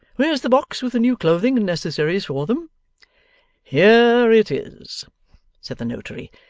where's the box with the new clothing and necessaries for them here it is said the notary.